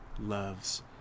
loves